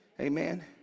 Amen